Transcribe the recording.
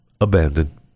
abandoned